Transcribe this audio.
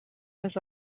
was